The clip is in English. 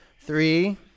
Three